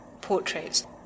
portraits